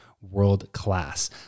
world-class